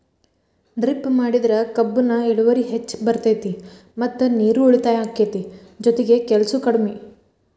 drip ಮಾಡಿದ್ರ ಕಬ್ಬುನ ಇಳುವರಿ ಹೆಚ್ಚ ಬರ್ತೈತಿ ಮತ್ತ ನೇರು ಉಳಿತಾಯ ಅಕೈತಿ ಜೊತಿಗೆ ಕೆಲ್ಸು ಕಡ್ಮಿ